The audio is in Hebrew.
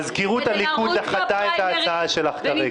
ונמצאים היום 35 -- מזכירות הליכוד דחתה את ההצעה שלך כרגע.